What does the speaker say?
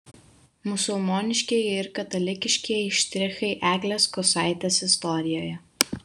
musulmoniškieji ir katalikiškieji štrichai eglės kusaitės istorijoje